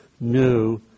new